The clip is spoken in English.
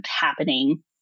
happening